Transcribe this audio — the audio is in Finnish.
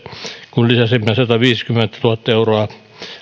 kun lisäsimme sataviisikymmentätuhatta euroa